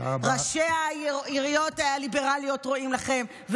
ראשי העיריות הליברליות רואים לכם,